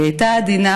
והיא הייתה עדינה,